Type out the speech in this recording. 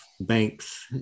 banks